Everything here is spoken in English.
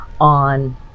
on